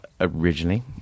originally